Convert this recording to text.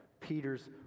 Peter's